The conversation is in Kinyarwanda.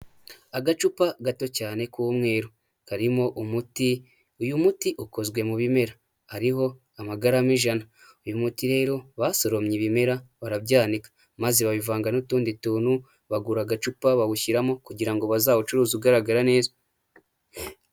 Agacupa gato cyane k'umweru karimo umuti, uyu muti ukozwe mu bimera, hariho amagarama ijana, uyu muti rero basoromye ibimera barabyanika maze babivanga n'utundi tuntu, bagura agacupa bawushyiramo, kugira ngo bazawucuruza ugaragara neza.